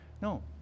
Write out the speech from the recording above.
No